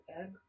egg